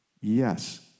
Yes